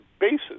bases